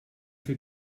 viel